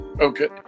Okay